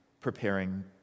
preparing